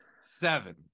seven